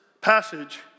passage